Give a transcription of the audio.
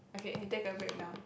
okay hey take a break now